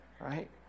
Right